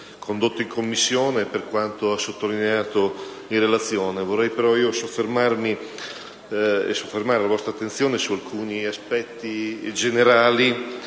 Grazie